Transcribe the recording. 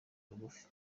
rugufi